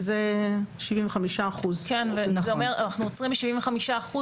זה 75%. אנחנו עוצרים ב-75%,